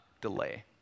delay